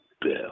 bill